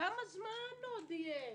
כמה זמן עוד יהיה?